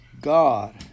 God